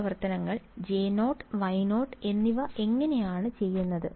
ഈ പ്രവർത്തനങ്ങൾ J0 Y0 എന്നിവ എങ്ങനെയാണ് ചെയ്യുന്നത്